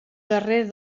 darrer